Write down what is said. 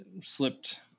slipped